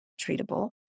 treatable